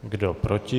Kdo proti?